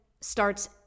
starts